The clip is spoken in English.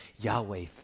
Yahweh